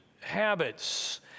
habits